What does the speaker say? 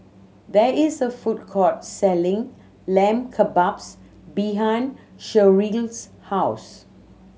there is a food court selling Lamb Kebabs behind Sherrill's house